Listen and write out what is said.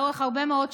לאורך הרבה מאוד שנים,